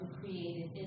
created